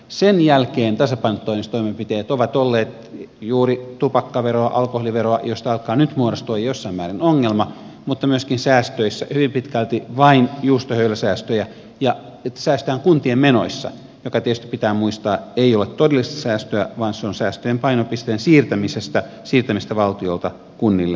sen jälkeen tasapainottamistoimenpiteet ovat olleet juuri tupakkaveroa alkoholiveroa joista alkaa nyt muodostua jossain määrin ongelma mutta myöskin säästöissä hyvin pitkälti vain juustohöyläsäästöjä että säästetään kuntien menoissa jotka tietysti pitää muistaa eivät ole todellista säästöä vaan ne ovat säästöjen painopisteen siirtämistä valtiolta kunnille